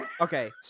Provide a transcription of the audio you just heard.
okay